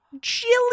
Jilly